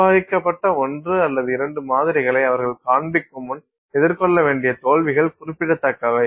நிர்வகிக்கப்பட்ட ஒன்று அல்லது இரண்டு மாதிரிகளை அவர்கள் காண்பிக்கும் முன் எதிர்கொள்ள வேண்டிய தோல்விகள் குறிப்பிடத்தக்கவை